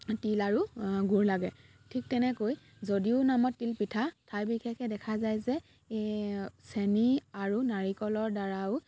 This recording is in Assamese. তিল আৰু গুৰ লাগে ঠিক তেনেকৈ যদিও নামত তিলপিঠা ঠাই বিশেষে দেখা যায় যে চেনি আৰু নাৰিকলৰ দ্বাৰাও